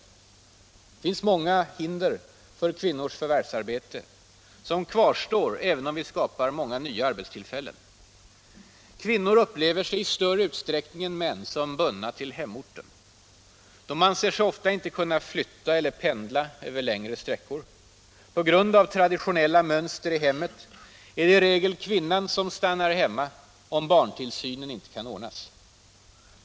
Det finns många hinder för kvinnors förvärvsarbete som kvarstår även om vi skapar många nya arbetstillfällen. Kvinnor upplever sig i större utsträckning än män som bundna till hemorten. De anser sig ofta inte kunna flytta eller pendla över längre sträckor. På grund av traditionella mönster i hemmet är det i regel kvinnan som stannar hemma om barntillsynen inte kan ordnas.